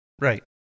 Right